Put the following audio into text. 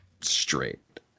straight